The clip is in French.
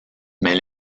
mais